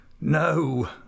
No